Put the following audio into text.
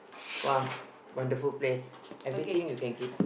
!wah! wonderful place everything you can keep